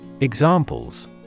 Examples